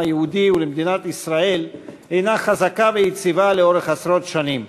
היהודי ולמדינת ישראל היא חזקה ויציבה לאורך עשרות שנים.